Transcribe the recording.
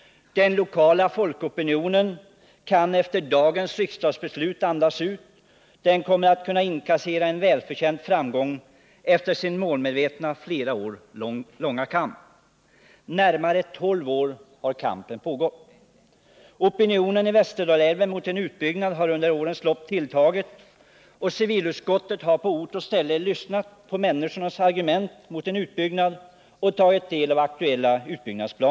Den lokala folkopinionen kan efter dagens riksdagsbeslut andas ut — den kommer att kunna inkassera en välförtjänt framgång efter sin målmedvetna, närmare tolv år långa kamp. Opinionen längs Västerdalälven mot en utbyggnad har tilltagit under årens lopp. Civilutskottet har på ort och ställe tagit del av aktuella utbyggnadsplaner och lyssnat på människornas argument mot en utbyggnad.